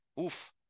Oof